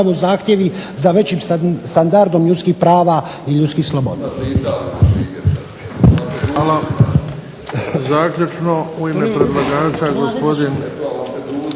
za većim standardom ljudskih prava i ljudskih sloboda.